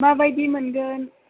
माबायदि मोनगोन